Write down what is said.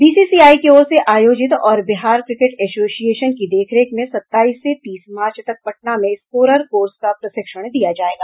BCCI की ओर से आयोजित और बिहार क्रिकेट एसोसिएशन की देखरेख में सत्ताईस से तीस मार्च तक पटना में स्कोरर कोर्स का प्रशिक्षण दिया जायेगा